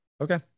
Okay